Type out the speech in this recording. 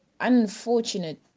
unfortunate